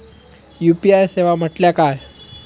UPI सेवा म्हटल्या काय?